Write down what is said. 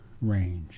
range